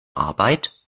arbeit